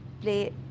play